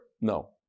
No